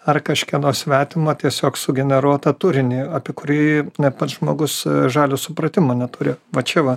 ar kažkieno svetimą tiesiog sugeneruotą turinį apie kurį net pats žmogus žalio supratimo neturi va čia va